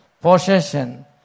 possession